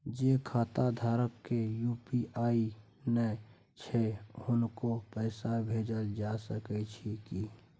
जे खाता धारक के यु.पी.आई नय छैन हुनको पैसा भेजल जा सकै छी कि?